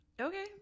Okay